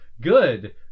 Good